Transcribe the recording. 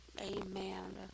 amen